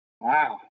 Wow